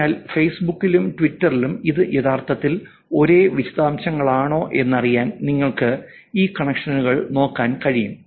അതിനാൽ ഫെയ്സ്ബുക്കിലും ട്വിറ്ററിലും ഇത് യഥാർത്ഥത്തിൽ ഒരേ വിശദാംശങ്ങളാണോ എന്നറിയാൻ നിങ്ങൾക്ക് ഈ കണക്ഷനുകൾ നോക്കാൻ കഴിയും